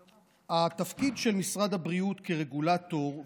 התפקיד של משרד הבריאות כרגולטור,